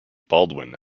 baldwin